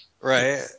right